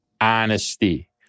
honesty